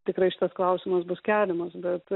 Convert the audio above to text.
tikrai šitas klausimas bus keliamas bet